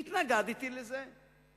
התנגדתי לזה,